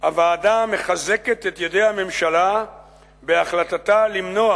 "הוועדה מחזקת את ידי הממשלה בהחלטתה למנוע